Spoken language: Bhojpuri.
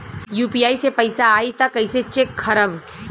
यू.पी.आई से पैसा आई त कइसे चेक खरब?